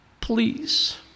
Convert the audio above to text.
please